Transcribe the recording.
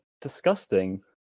disgusting